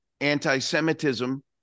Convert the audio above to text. anti-Semitism